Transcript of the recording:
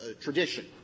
tradition